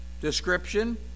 description